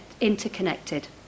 interconnected